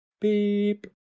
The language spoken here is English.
Beep